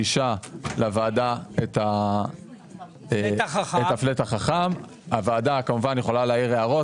לחוק היסוד לצורך כיסוי ההפרש, הצעת שר